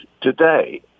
today